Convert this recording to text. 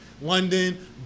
London